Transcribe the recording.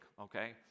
okay